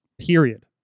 period